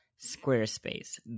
Squarespace